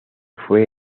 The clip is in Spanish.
fue